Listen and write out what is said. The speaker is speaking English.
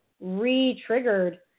re-triggered